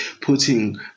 putting